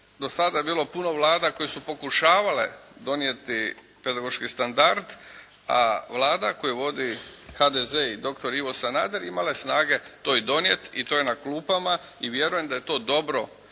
do sada je bilo puno Vlada koje su pokušavale donijeti pedagoški standard, a Vlada koju vodi HDZ i doktor Ivo Sanader imala je snage to i donijeti i to je na klupama i vjerujem da je to dobro